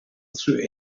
through